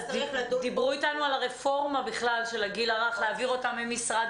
דיברו איתנו על הרפורמה של הגיל הרך להעביר אותם ממשרד